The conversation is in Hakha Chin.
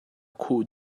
khuh